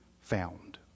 found